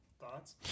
Thoughts